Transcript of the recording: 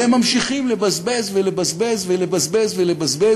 והם ממשיכים לבזבז ולבזבז ולבזבז ולבזבז